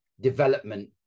development